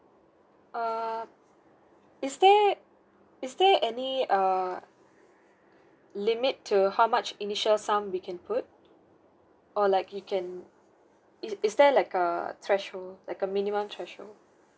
err is there is there any err limit to how much initial sum we can put or like you can is is there like a threshold like a minimum threshold